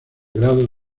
grado